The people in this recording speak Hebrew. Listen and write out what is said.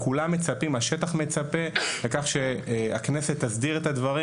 השטח מצפה לכך שהכנסת תסדיר את הדברים,